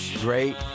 great